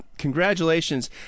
Congratulations